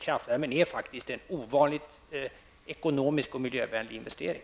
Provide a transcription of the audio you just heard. Kraftvärmen är faktiskt en ovanligt ekonomisk och miljövänlig investering.